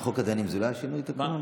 חוק הדיינים זה לא היה שינוי תקנון?